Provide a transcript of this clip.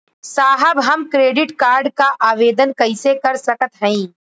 साहब हम credit card क आवेदन कइसे कर सकत हई?